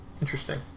Interesting